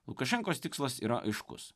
lukašenkos tikslas yra aiškus